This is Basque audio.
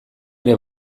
ere